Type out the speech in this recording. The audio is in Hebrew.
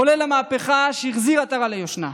מחולל המהפכה, שהחזיר עטרה ליושנה,